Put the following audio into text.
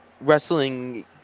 Wrestling